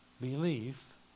belief